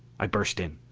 i burst in.